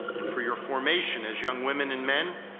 and for your formation as young women and men,